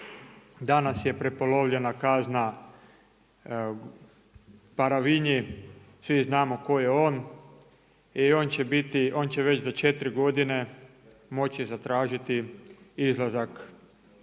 danas je prepolovljena kazna Paravinji, svi znamo tko je on i on će biti, on će već za 4 godine moći zatražiti izlazak iz